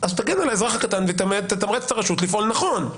אז תגן על האזרח הקטן ותתמרץ את הרשות לפעול נכון.